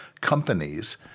companies